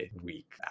week